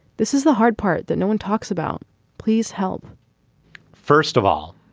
this is the hard part that no one talks about. please help first of all